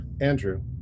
Andrew